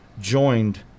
joined